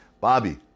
Bobby